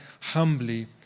humbly